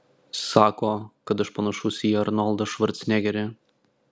sako kad aš panašus į arnoldą švarcnegerį